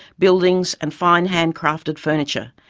buildings and fine hand-crafted furniture.